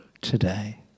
today